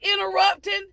interrupting